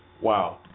Wow